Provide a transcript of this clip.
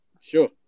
sure